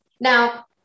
Now